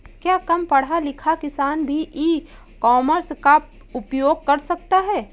क्या कम पढ़ा लिखा किसान भी ई कॉमर्स का उपयोग कर सकता है?